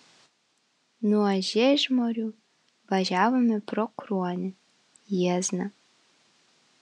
nuo žiežmarių važiavome pro kruonį jiezną